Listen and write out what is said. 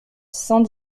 cent